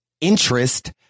interest